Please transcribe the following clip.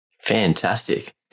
Fantastic